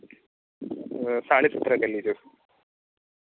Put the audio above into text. साढ़े सत्रह कर लीजिए फिर